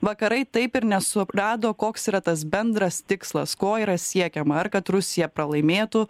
vakarai taip ir nesurado koks yra tas bendras tikslas ko yra siekiama ar kad rusija pralaimėtų